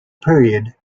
period